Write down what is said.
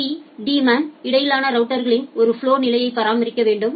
B daemon இடைநிலை ரவுட்டர்களில் ஒரு ஃபலொ நிலையை பராமரிக்க வேண்டும்